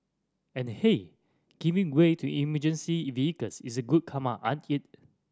and hey giving way to emergency in vehicles is good karma ain't it